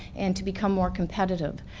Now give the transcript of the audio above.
and to become more competitive.